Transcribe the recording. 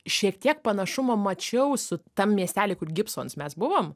šiek tiek panašumo mačiau su tam miestely kur gibsons mes buvom